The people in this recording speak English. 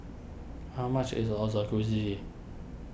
how much is